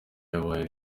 yabaye